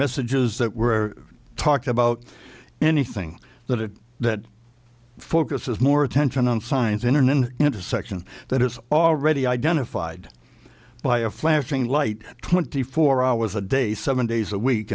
messages that were talked about anything that it that focuses more attention on science intern in an intersection that is already identified by a flashing light twenty four hours a day seven days a week